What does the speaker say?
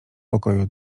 pokoju